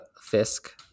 Fisk